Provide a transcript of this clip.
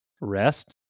rest